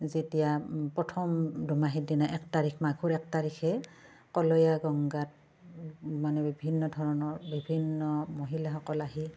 যেতিয়া প্ৰথম দোমাহীৰ দিনা এক তাৰিখ মাঘৰ এক তাৰিখে কলয়া গংগাত মানে বিভিন্ন ধৰণৰ বিভিন্ন মহিলাসকল আহি